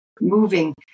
moving